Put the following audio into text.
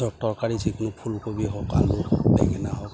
ধৰক তৰকাৰী যিকোনো ফুলকবি হওক আলু হওক বেঙেনা হওক